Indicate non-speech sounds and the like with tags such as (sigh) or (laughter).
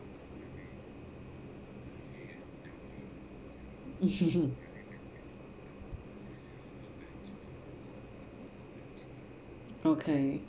(laughs) okay